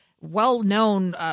well-known